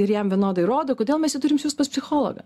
ir jam vienodai rodo kodėl mes turim siųst pas psichologą